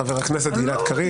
חבר הכנסת גלעד קריב.